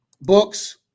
Books